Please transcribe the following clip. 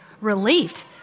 relieved